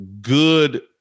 good